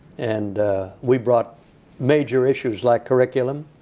and we brought major issues, like curriculum.